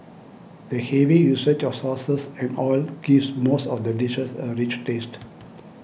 the heavy usage of sauces and oil gives most of the dishes a rich taste